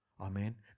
Amen